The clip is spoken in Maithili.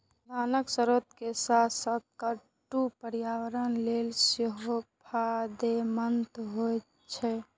खाद्यान्नक स्रोत के साथ साथ कट्टू पर्यावरण लेल सेहो फायदेमंद होइ छै